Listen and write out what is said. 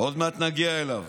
עוד מעט נגיע אליו.